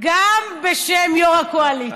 גם בשם יו"ר הקואליציה,